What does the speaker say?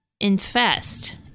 infest